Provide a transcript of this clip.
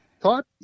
thought